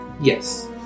Yes